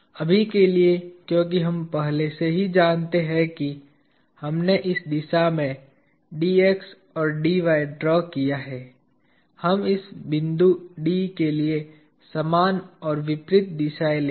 अभी के लिए क्योंकि हम पहले से ही जानते हैं कि हमने इस दिशा में Dx और D y ड्रा किया हैं हम इस बिंदु D के लिए समान और विपरीत दिशाएँ लेंगे